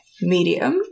medium